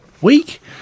week